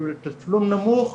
בשביל תשלום נמוך.